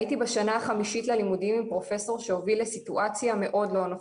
הייתי בשנה החמישית ללימודים עם פרופסור שהוביל לסיטואציה מאוד לא נוחה.